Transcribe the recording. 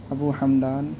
ابو حمدان